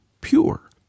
pure